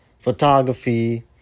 photography